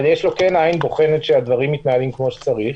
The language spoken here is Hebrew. אבל כן יש לו עין בוחנת שהדברים מתנהלים כמו שצריך.